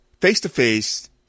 face-to-face